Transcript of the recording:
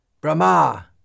Brahma